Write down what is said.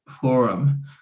forum